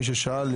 מי ששאל,